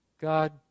God